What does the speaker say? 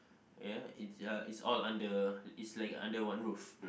ya it's ya it's all under it's like Under One Roof